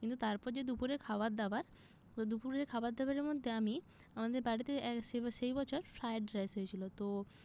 কিন্তু তারপর যে দুপুরের খাবার দাবার দুপুরের খাবার দাবারের মধ্যে আমি আমাদের বাড়িতে সেই বছর ফ্রায়েড রাইস হয়েছিলো তো